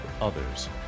others